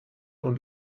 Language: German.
und